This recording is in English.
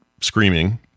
screaming